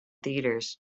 theatres